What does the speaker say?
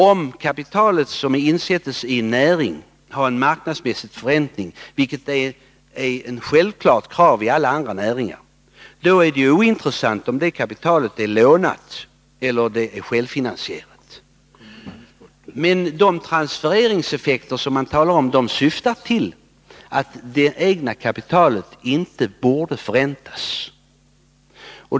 Om det kapital som insätts i näringen har en marknadsmässig förräntning, vilket är ett självklart krav i alla andra näringar, då är det ointressant om detta kapital är lånat eller självfinansierat. Men de transfereringseffekter som man talar om syftar till att det egna kapitalet inte borde förräntas.